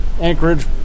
Anchorage